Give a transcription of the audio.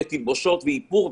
ותלבושות ואיפור,